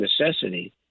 necessity